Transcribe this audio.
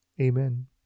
Amen